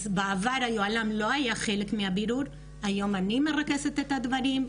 אז בעבר היוהל"מ לא היה חלק מהבירור והיום אני מרכזת את הדברים.